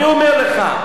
אני אומר לך,